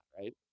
right